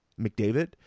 McDavid